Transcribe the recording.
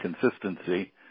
consistency